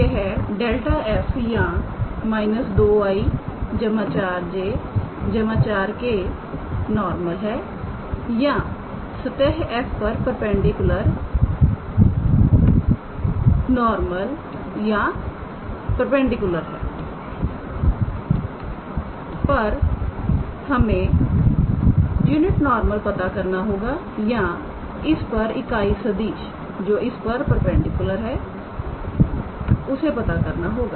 तो यह ∇⃗ 𝑓 या −2𝑖̂ 4𝑗̂ 4𝑘̂ नॉर्मल है या सतह 𝑓𝑥 𝑦 𝑧 पर परपेंडिकुलर सतह पर नॉर्मल या परपेंडिकुलर है पर हमें यूनिट नॉर्मल पता करना होगा या इस पर इकाई सदिश जो इस पर परपेंडिकुलर है उसे पता करना होगा